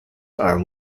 are